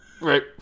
Right